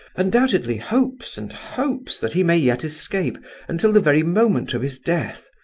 undoubtedly hopes and hopes that he may yet escape until the very moment of his death.